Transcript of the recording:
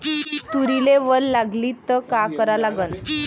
तुरीले वल लागली त का करा लागन?